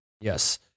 Yes